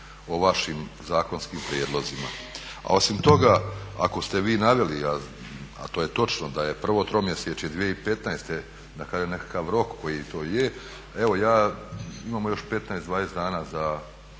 o vašim zakonskim prijedlozima. A osim toga ako ste vi naveli a to je točno da je prvo tromjesečje 2015., da kažem nekakav rok koji to je, evo imamo još 15, 20 dana za